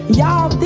Y'all